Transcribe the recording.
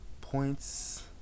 points